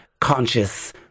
conscious